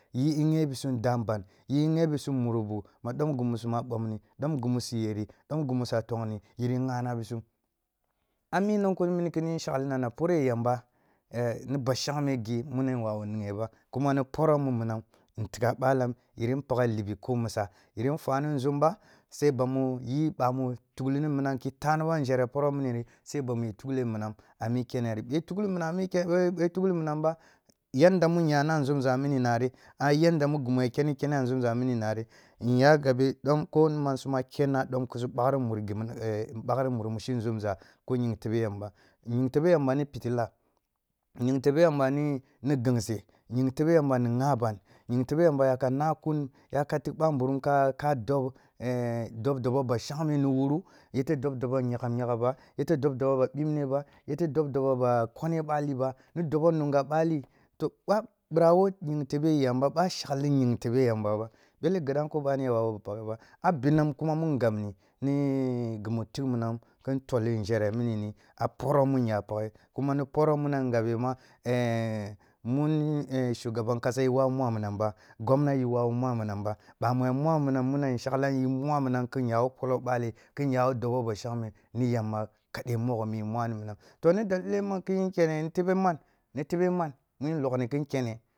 Yi inyebisum ndaban yi inye bisum mumbu ma dom ghi mu su ma bomni, dom ghi mu su yeke, dom ghi musa bongni yiri ghana bisum. A mi nunkunu mini nan shakli na na poare yamba ni ba shangme ghi mini nwawu ne ba, kuma ni boro mu minan in tigha a balam yirin bak libi ko misa, yirin nfwa ni nzumba sai bamu yi bamu tukli minang ki ta bam nȝhere boro mini ri, sai bamn i tukle minang a mi keneri, bo i tukli minang ba ba, tukli minang ba yadda mun yana a mi zumza mini nari, a yadda ghi ya kenikene a zumza mini nari nya gabe dom su man su kunna dom ki su baghri muri ghi mun… ki su baghri muri mushi nzumza ko ying tebe yamba. Tebe yamba ni fitila ying tebe yamba ni nganse, ying tebe yamba ni nghaban ying tebe yamba yaka nakun yaka tik bamburum a dub dub ban bashangme ni wuru yete dub dobo nyaghe nyaghe ba, yete dab dobo ba bimne ba, yete dob dobo ba bimne ba, yete dob dobo ba kone bali ba, ni dobe nungha bali to bo bira wo ying tebe yamba bo shakli ying tebe yamba ba, bele ghi nanko yara wawu ba paghe ba, a binam kuma mun gabni, ni gu mu tik minang kin tolli nzhere mi ni ni a poro mu nya paghe. Kuma poro mini ngabe ma mun shugaban kasa i wawu mwa minang ba, gomna i wawu mwa minang ba, ъamu ya mwa minang inshaklang yin mwa minag inya wo polo ъali, kin nya wo dubo ba shangme ni yamba kadai mogho mu mwani minang, to ni dalili man kin kene ni tebe man, ni tebe man, nin lukni kin kene.